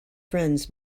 friends